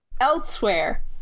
Elsewhere